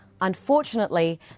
Unfortunately